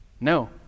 No